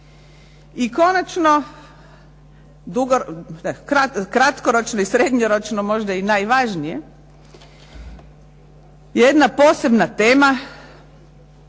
I konačno, kratkoročno i srednjoročno možda i najvažnije jedna posebna tema,